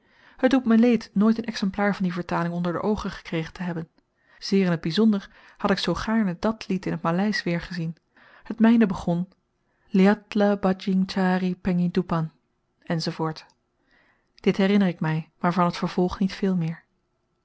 het doet me leed nooit n exemplaar van die vertaling onder de oogen gekregen te hebben zeer in t byzonder had ik zoo gaarne dat lied in t maleisch weergezien het myne begon liatlah badjing tjari penghidoepan enz dit herinner ik my maar van t vervolg niet veel meer